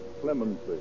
clemency